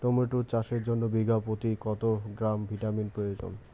Tomato চাষের জন্য বিঘা প্রতি কত গ্রাম ভিটামিন প্রয়োজন?